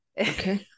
okay